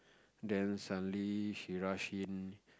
then suddenly she rush in